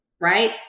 right